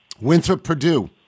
Winthrop-Purdue